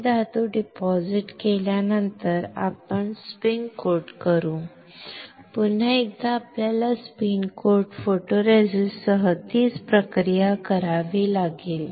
हे धातू डिपॉझिट केल्यानंतर आपण स्पिन कोट करू पुन्हा एकदा आपल्याला स्पिन कोट फोटोरेसिस्टसह तीच प्रक्रिया करावी लागेल